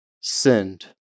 sinned